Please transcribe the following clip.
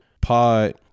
pod